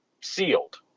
sealed